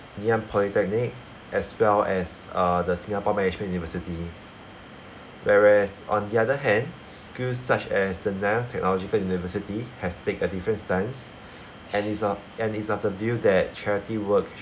ngee ann polytechnic as well as uh the singapore management university whereas on the other hand schools such as nanyang technological university has take a difference stance and it's uh and it's of the view that charity work